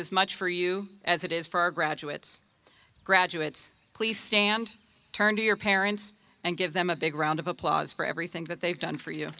as much for you as it is for our graduates graduates please stand turn to your parents and give them a big round of applause for everything that they've done for you